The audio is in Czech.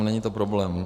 Není to problém.